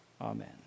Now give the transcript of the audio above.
Amen